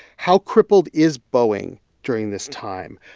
how crippled is boeing during this time?